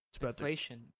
Inflation